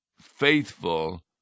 faithful